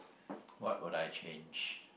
what would I change